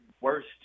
worst